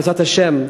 בעזרת השם,